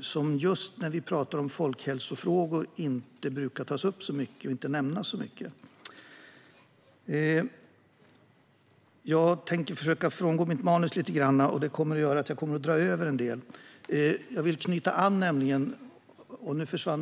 som, när vi pratar om just folkhälsofrågor, inte brukar tas upp och nämnas så mycket. Jag vill knyta an till något.